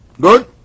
Good